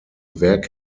werk